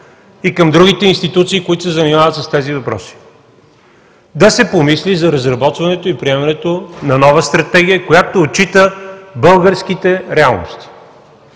и към другите институции, които се занимават с тези въпроси: да се помисли за разработването и приемането на нова стратегия, която отчита българските реалности.